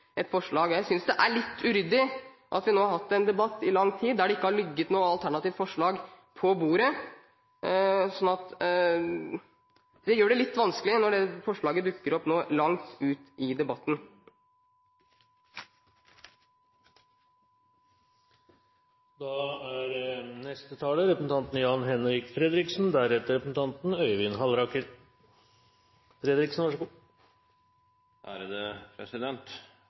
et forslag. Jeg synes det er litt uryddig at vi nå har hatt en debatt i lang tid der det ikke har ligget noe alternativt forslag på bordet. Det gjør det litt vanskelig når forslaget dukker opp nå langt ut i debatten.